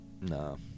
No